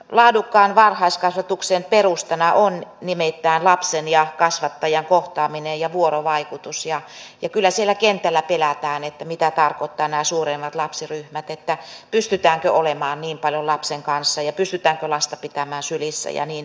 laadukkaan varhaiskasvatuksen perustana on nimittäin lapsen ja kasvattajan kohtaaminen ja vuorovaikutus ja kyllä siellä kentällä pelätään mitä tarkoittavat nämä suuremmat lapsiryhmät pystytäänkö olemaan niin paljon lapsen kanssa ja pystytäänkö lasta pitämään sylissä ja niin edelleen